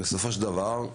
בסופו של דבר,